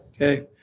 Okay